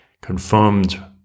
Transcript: confirmed